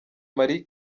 marie